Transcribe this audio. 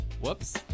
Whoops